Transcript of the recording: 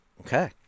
Okay